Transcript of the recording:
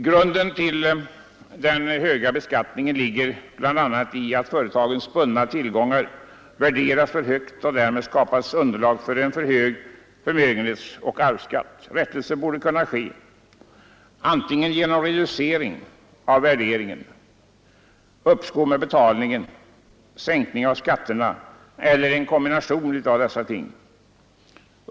Grunden till den höga beskattningen ligger bl.a. däri att företagens bundna tillgångar värderas för högt, och därvid skapas underlag för en för hög förmögenhetsoch arvsskatt. Rättelse borde kunna ske antingen genom reducering av värderingen, uppskov med betalning, sänkning av skatterna eller en kombination av dessa ting.